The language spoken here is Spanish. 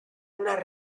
una